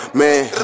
man